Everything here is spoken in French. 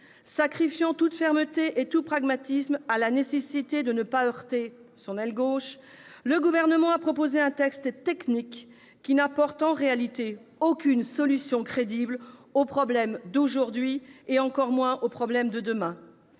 Sacrifiant toute fermeté et tout pragmatisme à la nécessité de ne pas heurter son aile gauche, le Gouvernement présente un texte technique qui n'apporte en réalité aucune solution crédible aux problèmes d'aujourd'hui, encore moins à ceux de demain.